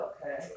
Okay